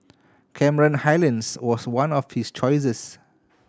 Cameron Highlands was one of his choices